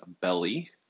belly